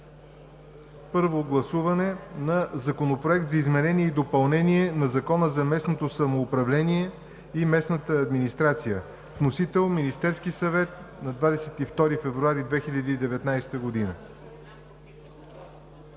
първо гласуване на Законопроекта за изменение и допълнение на Закона за местното самоуправление и местната администрация. Вносител е Министерският съвет на 22 февруари 2019 г.